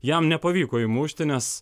jam nepavyko įmušti nes